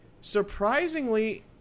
surprisingly